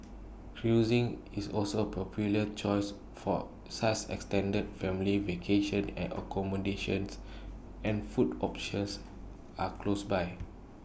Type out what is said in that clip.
cruising is also popular choice for such extended family vacation at accommodations and food options are close by